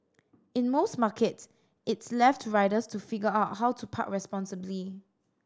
in most markets it's left to riders to figure out how to park responsibly